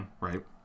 Right